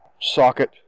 socket